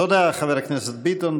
תודה, חבר הכנסת ביטון.